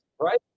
Right